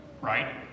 right